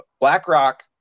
BlackRock